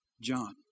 John